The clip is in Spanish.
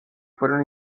fueron